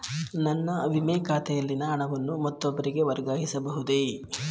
ನನ್ನ ವಿಮೆ ಖಾತೆಯಲ್ಲಿನ ಹಣವನ್ನು ಮತ್ತೊಬ್ಬರಿಗೆ ವರ್ಗಾಯಿಸ ಬಹುದೇ?